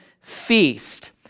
feast